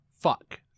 Fuck